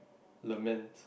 lament